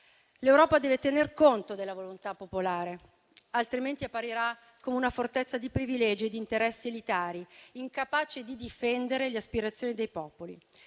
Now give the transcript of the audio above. L'Europa deve tener conto della volontà popolare, altrimenti apparirà come una fortezza di privilegi e di interessi elitari, incapace di difendere le aspirazioni dei popoli.